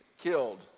killed